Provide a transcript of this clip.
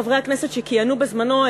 חברי הכנסת שכיהנו בזמנו,